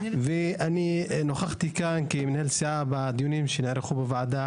אני נכחתי כאן כמנהל סיעה בדיונים שנערכו בוועדה